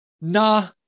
nah